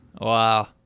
wow